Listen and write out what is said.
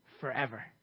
forever